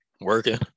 working